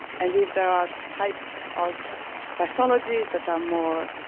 and if there are types of pathologies that are more